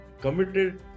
committed